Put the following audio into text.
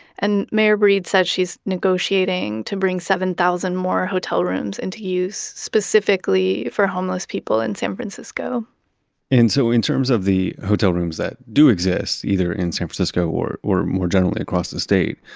and mayor breed said she's negotiating to bring seven thousand more hotel rooms into use specifically for homeless people in san francisco and so, in terms of the hotel rooms that do exist, either in san francisco or or more generally across the state,